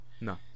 No